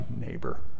neighbor